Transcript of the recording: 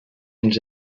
ens